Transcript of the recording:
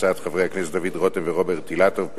הצעת חברי הכנסת דוד רותם ורוברט אילטוב,